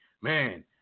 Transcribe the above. man